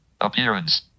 Appearance